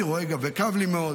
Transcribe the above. וכאב לי מאוד.